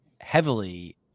heavily